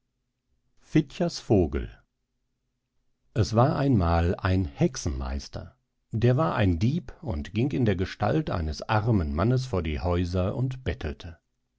fitchers vogel es war einmal ein hexenmeister der war ein dieb und ging in der gestalt eines armen mannes vor die häuser und bettelte